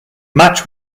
match